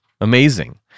Amazing